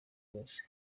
yose